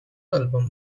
album